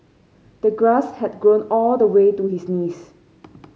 the grass had grown all the way to his knees